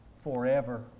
forever